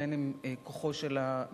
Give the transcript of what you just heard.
בין אם כוחו של הממון,